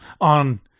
on